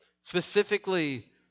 specifically